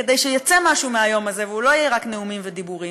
כדי שיצא משהו מהיום הזה והוא לא יהיה רק נאומים ודיבורים,